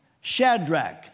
Shadrach